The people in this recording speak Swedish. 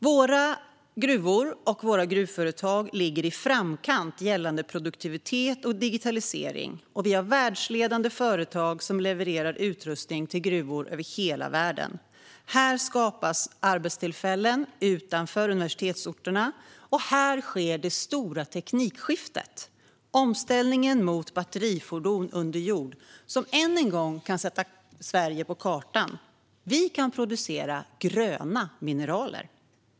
Våra gruvor och gruvföretag ligger i framkant gällande produktivitet och digitalisering, och vi har världsledande företag som levererar utrustning till gruvor över hela världen. Här skapas arbetstillfällen utanför universitetsorterna. Och här sker det stora teknikskiftet: omställningen mot batterifordon under jord, som än en gång kan sätta Sverige på kartan. Vi kan producera gröna mineraler!